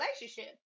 relationship